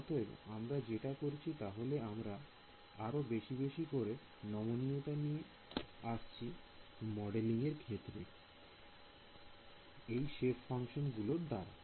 অতএব আমরা যেটা করছি তাহলে আমরা আরো বেশি বেশি করে নমনীয়তা নিয়ে আসছি মডেলিং এর ক্ষেত্রে এই সে ফাংশন গুলোর দাঁড়া